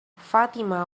fatima